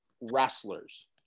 wrestlers